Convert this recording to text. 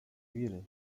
wiry